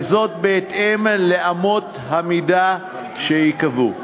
וזאת בהתאם לאמות המידה שייקבעו.